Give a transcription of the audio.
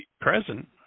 present